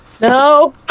No